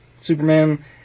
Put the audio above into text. Superman